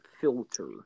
filter